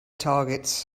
targets